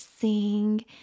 sing